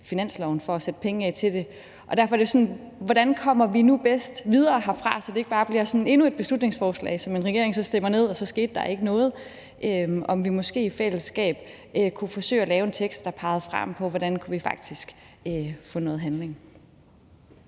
finansloven for at sætte penge af til det. Derfor er det noget med, hvordan vi bedst kommer videre herfra, så det ikke bare bliver endnu et beslutningsforslag, som en regering stemmer ned, og der så ikke sker noget. Kunne vi måske i fællesskab forsøge at lave en tekst, der pegede fremad, med hensyn til hvordan vi faktisk kunne få noget handling?